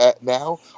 now